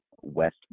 West